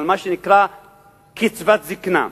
על מה שנקרא קצבת זיקנה.